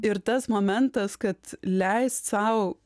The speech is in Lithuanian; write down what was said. ir tas momentas kad leist sau